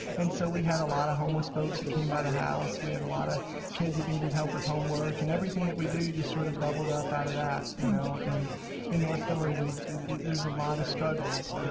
and so we had a lot of homeless folks that came by the house we had a lot of kids that needed help with homework. and everything that we do just sort of bubbled up out of that, you know? and in north we've there's a lot of struggles,